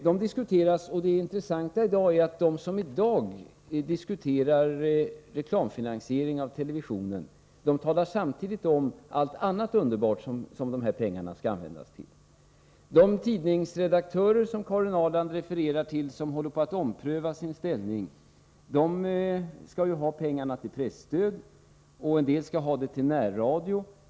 Det intressanta är att de som i dag diskuterar reklamfinansiering av televisionen samtidigt talar om allt annat underbart som dessa pengar skall användas till. De tidningsredaktörer som Karin Ahrland refererar till som håller på att ompröva sin ställning skall ju ha pengarna till presstöd, och en del skall ha dem till närradio.